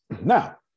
Now